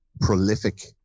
prolific